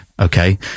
okay